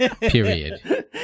Period